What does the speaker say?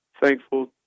thankful